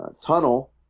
tunnel